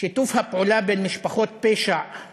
שיתוף הפעולה בין משפחות פשע של